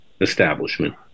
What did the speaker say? establishment